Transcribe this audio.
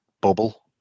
bubble